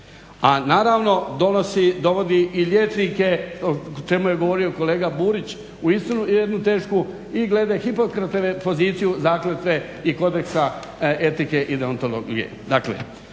A naravno dovodi i liječnike, o čemu je govorio kolega Burić, uistinu jednu tešku i glede Hipokratove poziciju zakletve i Kodeksa etike i deontologije.